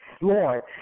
Lord